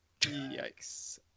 Yikes